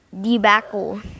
debacle